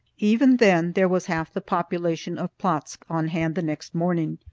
even then there was half the population of plotzk on hand the next morning.